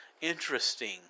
interesting